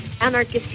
anarchist